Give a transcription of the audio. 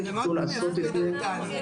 יוכלו לעשות ---.